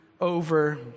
over